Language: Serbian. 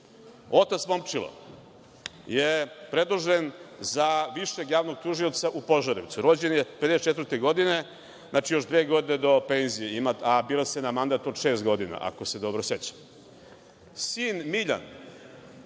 otac Momčilo je predložen za Višeg javnog tužioca u Požarevcu. Rođen je 1954. godine, znači još dve godine do penzije, a bira se na mandat od šest godina, ako se dobro sećam.